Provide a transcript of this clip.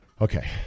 Okay